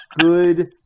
good